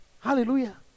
Hallelujah